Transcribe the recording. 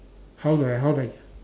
how do I how do I